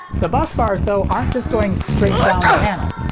the bus bars, though, aren't just going straight down the panel.